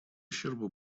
ущерб